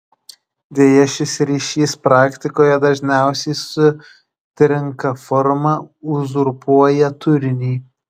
deja šis ryšys praktikoje dažniausiai sutrinka forma uzurpuoja turinį